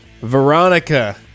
Veronica